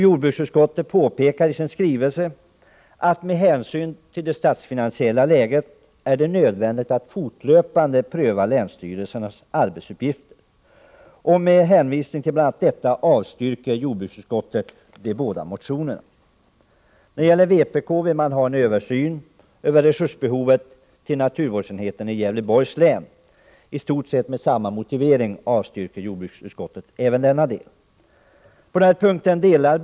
Jordbruksutskottet påpekar i yttrandet, att med hänsyn till det statsfinansiella läget är det nödvändigt att fortlöpande pröva länsstyrelsernas arbetsuppgifter. Med hänvisning till bl.a. detta avstyrker jordbruksutskottet de båda motionerna. Vpk vill ha en översyn över resursbehovet till naturvårdsenheten i Gävleborgs län. I stort sett med samma motivering som i fråga om de nyss nämnda motionerna avstyrker jordbruksutskottet även denna motion.